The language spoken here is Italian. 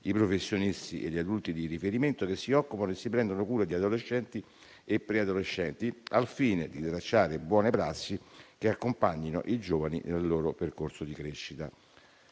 i professionisti e gli adulti di riferimento che si occupano e si prendono cura di adolescenti e preadolescenti, al fine di tracciare buone prassi che accompagnino i giovani nel loro percorso di crescita.